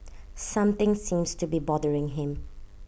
something seems to be bothering him